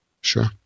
Sure